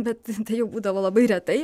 bet jau būdavo labai retai